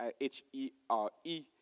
H-E-R-E